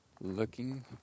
looking